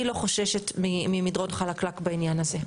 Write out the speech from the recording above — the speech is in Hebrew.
אני לא חוששת ממדרון חלקלק בעניין הזה.